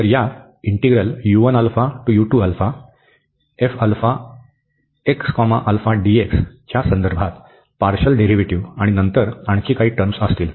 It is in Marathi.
तर या च्या संदर्भात पार्शल डेरीव्हेटिव आणि नंतर आणखी काही टर्म्स असतील